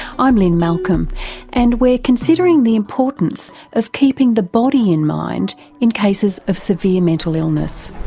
i'm lynne malcolm and we're considering the importance of keeping the body in mind in cases of severe mental illness.